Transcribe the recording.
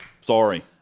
sorry